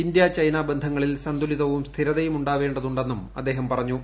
India China ബന്ധങ്ങളിൽ സന്തുലിതവും സ്ഥിരതയും ഉണ്ടാവേണ്ടതുണ്ടെന്നും അദ്ദേഹം പറഞ്ഞു